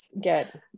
get